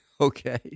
okay